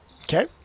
Okay